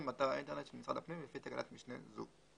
באתר האינטרנט של משרד הפנים לפי תקנת משנה זו."